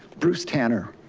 bruce tanner.